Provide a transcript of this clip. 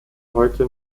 heute